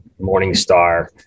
morningstar